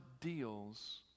deals